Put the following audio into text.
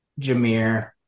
Jameer